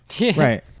right